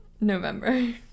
November